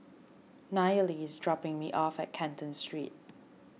Nayeli is dropping me off at Canton Street